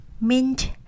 mint